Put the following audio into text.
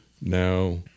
now